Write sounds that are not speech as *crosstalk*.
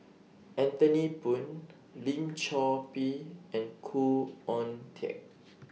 Anthony Poon Lim Chor Pee and Khoo Oon Teik *noise*